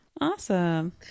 Awesome